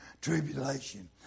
tribulation